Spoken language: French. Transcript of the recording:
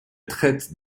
traitent